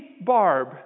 barb